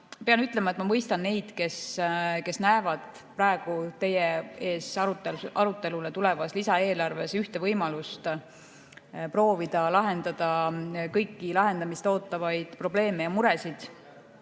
Pean ütlema, et ma mõistan neid, kes näevad praegu teie ees arutelule tulevas lisaeelarves ühte võimalust proovida lahendada kõiki lahendamist ootavaid probleeme ja muresid.